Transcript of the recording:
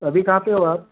अभी कहाँ पे हो आप